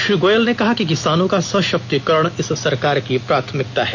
श्री गोयल ने कहा कि किसानों का सशक्तीकरण इस सरकार की प्राथमिकता है